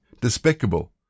despicable